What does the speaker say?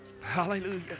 Hallelujah